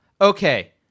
okay